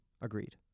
agreed